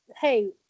Hey